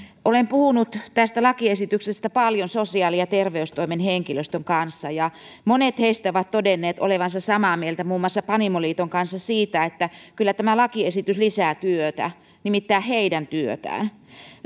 olen puhunut tästä lakiesityksestä paljon sosiaali ja terveystoimen henkilöstön kanssa ja monet heistä ovat todenneet olevansa samaa mieltä muun muassa panimoliiton kanssa siitä että kyllä tämä lakiesitys lisää työtä nimittäin heidän työtään